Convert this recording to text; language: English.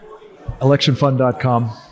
electionfund.com